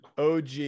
OG